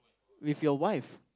with your wife